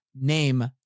name